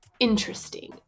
interesting